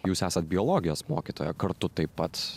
jūs esat biologijos mokytoja kartu taip pat